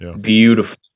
Beautiful